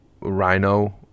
rhino